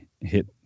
hit